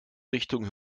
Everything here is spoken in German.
richtung